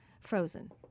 frozen